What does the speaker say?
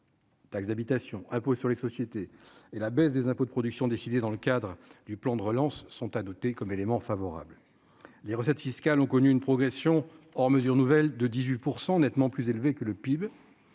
Taxe d'habitation, impôt sur les sociétés et la baisse des impôts de production décidées dans le cadre du plan de relance sont à noter comme élément favorable : les recettes fiscales ont connu une progression hors mesures nouvelles de 18 % nettement plus élevé que le PIB